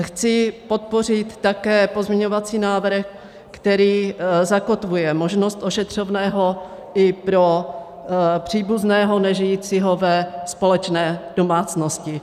Chci podpořit také pozměňovací návrh, který zakotvuje možnost ošetřovného i pro příbuzného nežijícího ve společné domácnosti.